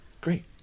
great